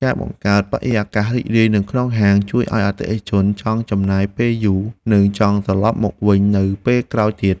ការបង្កើតបរិយាកាសរីករាយនៅក្នុងហាងជួយឱ្យអតិថិជនចង់ចំណាយពេលយូរ និងចង់ត្រឡប់មកវិញនៅពេលក្រោយទៀត។